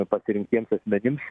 pasirinktiems asmenims